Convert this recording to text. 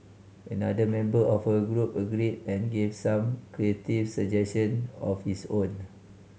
another member of her group agreed and gave some creative suggestion of his own